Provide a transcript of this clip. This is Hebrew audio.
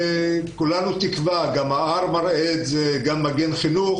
כולנו תקווה גם ה-R מראה את זה וגם מגן חינוך